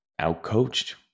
outcoached